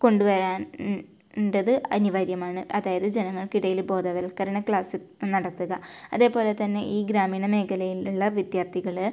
കൊണ്ടുവരാൻ ഇണ്ടത് അനിവാര്യമാണ് അതായത് ജനങ്ങൾക്കിടയിൽ ബോധവൽക്കരണ ക്ലാസ്സ് നടത്തുക അതേപോലെ തന്നെ ഈ ഗ്രാമീണ മേഖലയിലുള്ള വിദ്യാർത്ഥികളെ